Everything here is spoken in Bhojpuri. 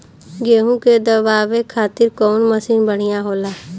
गेहूँ के दवावे खातिर कउन मशीन बढ़िया होला?